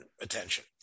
attention